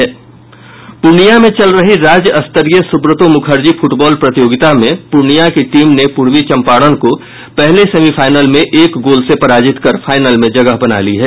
पूर्णिया में चल रही राज्य स्तरीय सुब्रतो मुखर्जी फुटबॉल प्रतियोगिता में पूर्णिया की टीम ने पूर्वी चंपारण को पहले सेमीफाइनल में एक गोल से पराजित कर फाइनल में जगह बना ली है